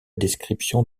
description